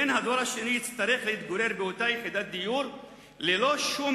בן הדור השני יצטרך להתגורר באותה יחידת דיור ללא שום